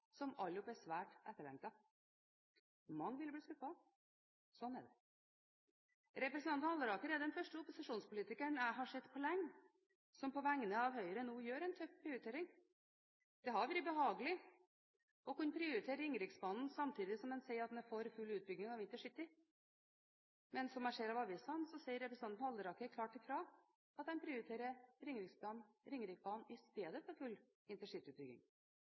som alle sammen er svært etterlengtet. Mange vil bli skuffet. Sånn er det. Representanten Halleraker er den første opposisjonspolitikeren jeg har sett på lenge, som på vegne av Høyre nå gjør en tøff prioritering. Det hadde vært behagelig å kunne prioritere Ringeriksbanen samtidig som han sier at han er for full utbygging av intercity. Men, som jeg ser av avisene, sier representanten Halleraker klart fra at han prioriterer Ringeriksbanen i stedet for full